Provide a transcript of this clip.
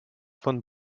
von